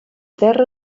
terra